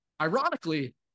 Ironically